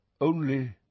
Only